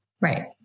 Right